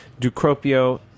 Ducropio